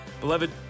Beloved